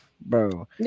Bro